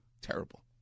Terrible